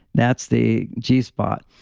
that's the g spot.